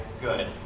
good